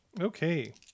Okay